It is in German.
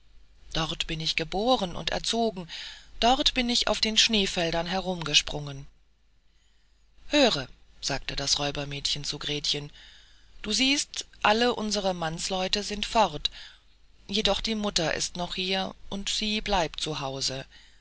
dort bin ich geboren und erzogen dort bin ich auf den schneefeldern herumgesprungen höre sagte das räubermädchen zu gretchen du siehst alle unsere mannsleute sind fort jedoch die mutter ist noch hier und sie bleibt